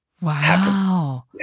Wow